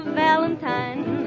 valentine